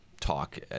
talk